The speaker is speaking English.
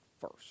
first